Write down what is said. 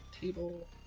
table